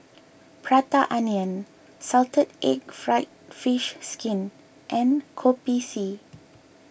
Prata Onion Salted Egg Fried Fish Skin and Kopi C